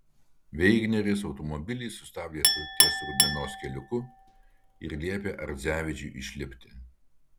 veigneris automobilį sustabdė ties rudmenos keliuku ir liepė ardzevičiui išlipti